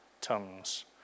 tongues